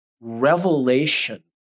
revelation